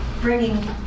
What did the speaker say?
bringing